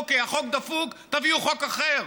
אוקיי, החוק דפוק, תביאו חוק אחר.